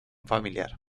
familiar